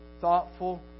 thoughtful